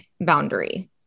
boundary